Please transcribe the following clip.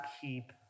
keep